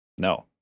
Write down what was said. No